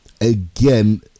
again